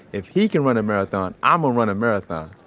if he can run a marathon, i'mma run a marathon.